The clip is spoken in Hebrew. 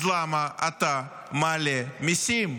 אז למה אתה מעלה מיסים?